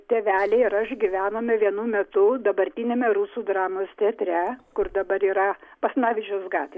tėveliai ir aš gyvenome vienu metu dabartiniame rusų dramos teatre kur dabar yra basanavičiaus gatvė